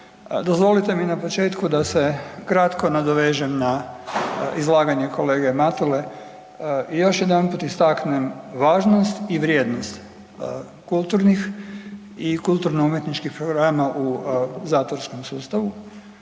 Dozvolite mi na početku da se kratko nadovežem na izlaganje kolege Matule i još jedanput istaknem važnost i vrijednost kulturnih i kulturno-umjetničkih programa u zatvorskom sustavu